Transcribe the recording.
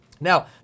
Now